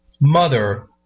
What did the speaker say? mother